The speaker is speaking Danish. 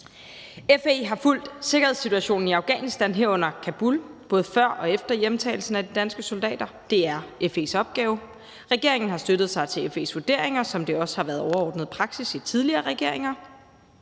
FE har fulgt sikkerhedssituationen i Afghanistan, herunder i Kabul, både før og efter hjemtagelsen af de danske soldater. Det er FE's opgave. Regeringen har støttet sig til FE's vurderinger, som det også har været overordnet praksis i tidligere regeringer,